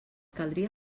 caldria